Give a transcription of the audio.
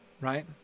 right